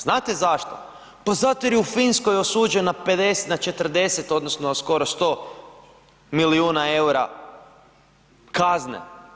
Znate zašto, pa zato jer je u Finskoj osuđen na 50, na 40 odnosno skoro 100 milijuna EUR-a kazne.